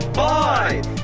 five